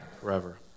Forever